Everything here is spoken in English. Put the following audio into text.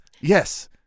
Yes